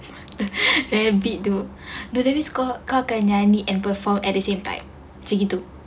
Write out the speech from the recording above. like a bit though but then we score kalau kan and performed at the same time gitu